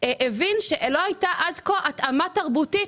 את העניין מצא שלא הייתה עד כה התאמה תרבותית